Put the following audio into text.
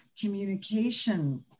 communication